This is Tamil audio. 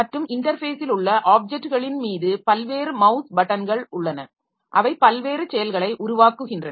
மற்றும் இன்டர்ஃபேஸில் உள்ள ஆப்ஜெக்ட்களின் மீது பல்வேறு மவ்ஸ் பட்டன்கள் உள்ளன அவை பல்வேறு செயல்களை உருவாக்குகின்றன